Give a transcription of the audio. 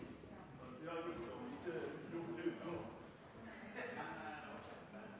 jeg har i